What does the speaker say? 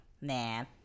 man